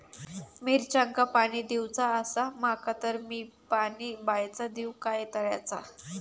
मिरचांका पाणी दिवचा आसा माका तर मी पाणी बायचा दिव काय तळ्याचा?